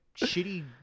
shitty